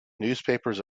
newspapers